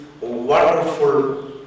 wonderful